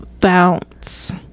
Bounce